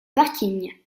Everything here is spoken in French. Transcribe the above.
parking